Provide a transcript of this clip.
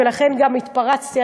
ולכן גם התפרצתי,